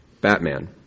Batman